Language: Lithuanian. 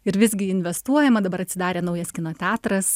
ir visgi investuojama dabar atsidarė naujas kino teatras